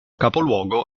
capoluogo